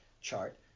chart